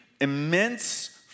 immense